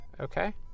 okay